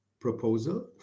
proposal